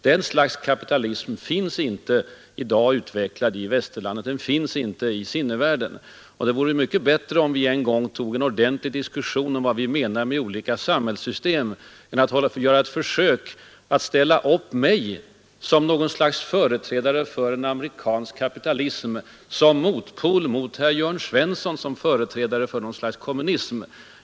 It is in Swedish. Den sortens kapitalism finns inte utvecklad i Västerlandet i dag, den finns inte i sinnevärlden. Det vore mycket bättre, om vi någon gång tog upp en ordentlig diskussion om vad vi menar med olika samhällssystem än att göra försök att ställa upp mig som något slags företrädare för en amerikansk kapitalism som motpol mot herr Jörn Svensson som företrädare för en statskapitalistisk kommunism.